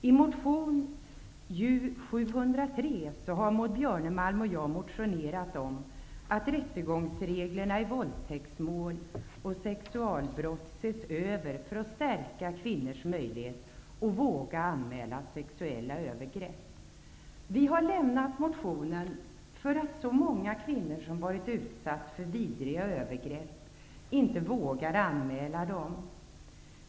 I motion Ju703 har Maud Björnemalm och jag motionerat om att rättegångsreglerna i våldtäktsmål och sexualbrott ses över för att förbättra kvinnors möjligheter att våga anmäla sexuella övergrepp. Vi har väckt motionen för att så många kvinnor som har varit utsatta för vidriga övergrepp inte vågar anmäla dem.